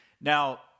Now